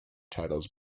titles